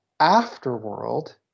afterworld